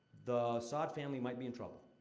the saud family might be in trouble.